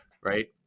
right